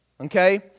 okay